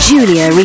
Julia